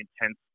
intense